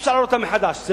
אי-אפשר להעלות אותה מחדש.